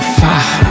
fire